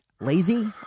lazy